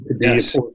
yes